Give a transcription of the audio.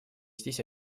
здесь